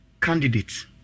candidates